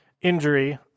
injury